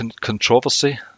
controversy